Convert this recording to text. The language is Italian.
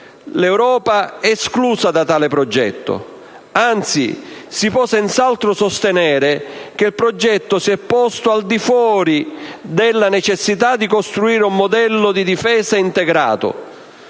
l'Europa è esclusa da tale progetto, anzi si può senz'altro sostenere che il progetto si è posto al di fuori della necessità di costruire un modello integrato